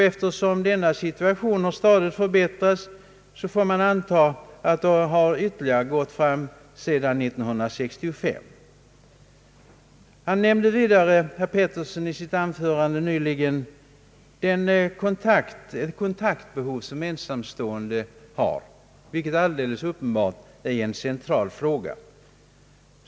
Eftersom situationen sta digt förbättras, får man anta att det har gått ytterligare framåt sedan 1965. I sitt anförande nämnde herr Peterson vidare det kontaktbehov som ensamstående har. Detta är alldeles uppenbart en central fråga.